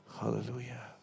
Hallelujah